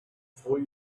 before